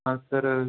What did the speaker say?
हाँ सर